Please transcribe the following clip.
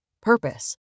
purpose